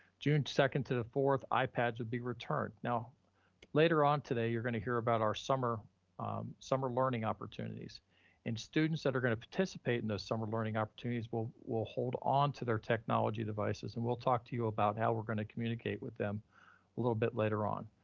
june second to the fourth, ipads would be returned. now later on today, you're gonna hear about our summer summer learning opportunities and students that are gonna participate in those summer learning opportunities. we'll we'll hold on to their technology devices. and we'll talk to you about how we're gonna communicate with them a little bit later on,